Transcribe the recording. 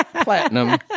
platinum